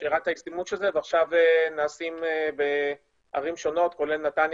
שהראה את הישימות של זה ועכשיו נעשים בערים שונות כולל נתניה